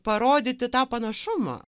parodyti tą panašumą